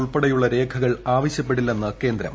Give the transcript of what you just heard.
ഉൾപ്പെടെയുളള രേഖകൾ ആവശ്യപ്പെടില്ലെന്ന് കേന്ദ്രം